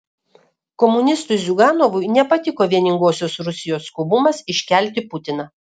komunistui ziuganovui nepatiko vieningosios rusijos skubumas iškelti putiną